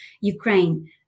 Ukraine